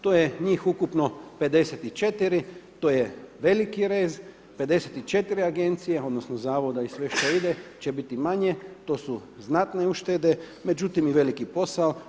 To je njih ukupno 54, to je veliki rez, 54 agencije, odnosno zavoda i sve što ide će biti manje, to su znatne uštede, međutim i veliki posao.